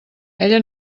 ella